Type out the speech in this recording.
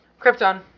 Krypton